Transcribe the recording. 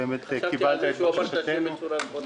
על שקיבלת את בקשתנו.